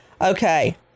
Okay